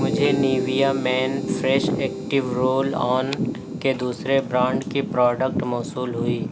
مجھے Nivea men fresh active roll on کے دوسرے برانڈ کی پروڈکٹ موصول ہوئی